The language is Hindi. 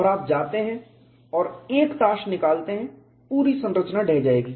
और आप जाते हैं और एक ताश निकालते हैं पूरी संरचना ढह जाएगी